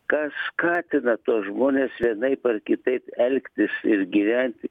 kas skatina tuos žmones vienaip ar kitaip elgtis ir gyventi